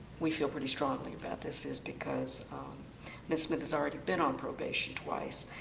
we feel pretty strongly about this is because ms. smith has already been on probation twice,